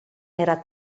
era